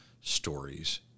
stories